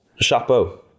chapeau